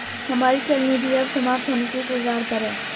हमारी चल निधि अब समाप्त होने के कगार पर है